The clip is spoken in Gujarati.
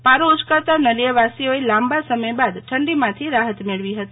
પારો ઉચકતા નળિયા વાસીઓએ લાંબા સમય પછી ઠંડીમાંથી રાહત મેળવી હતી